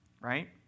right